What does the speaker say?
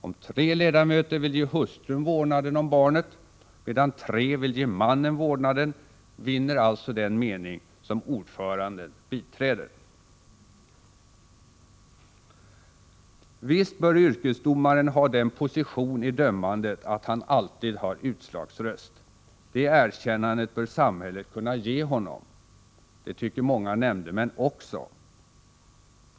Om tre ledamöter vill ge hustrun vårdnaden om barnet medan tre vill ge mannen vårdnaden, vinner alltså den mening som ordföranden biträder. Visst bör yrkesdomaren ha den positionen i dömandet att han alltid har utslagsröst; det erkännandet bör samhället kunna ge honom. Det tycker många nämndemän också.